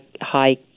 high